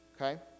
Okay